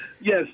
Yes